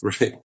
Right